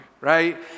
right